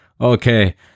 Okay